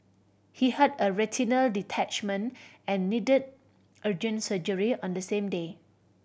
he had a retinal detachment and needed agent surgery on the same day